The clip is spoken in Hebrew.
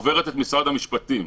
את משרד המשפטים.